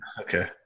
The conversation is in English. Okay